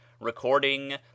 Recording